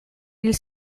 hil